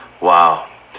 Wow